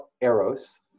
Eros